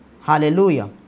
Hallelujah